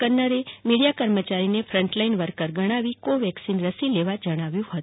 કન્નરે મીડિયા કર્મચારીઓને front line worker ગણાવી કોવેકસીન રસી લેવા જણાવ્યું છે